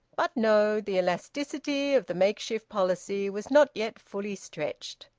but no! the elasticity of the makeshift policy was not yet fully stretched.